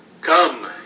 come